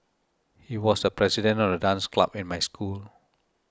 he was the president of the dance club in my school